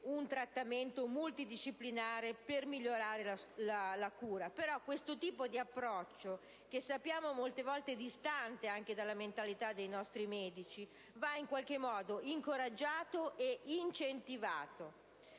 un trattamento multidisciplinare per migliorare la cura, ma questo tipo di approccio, che molte volte è distante dalla mentalità dei nostri medici, va in qualche modo incoraggiato e incentivato.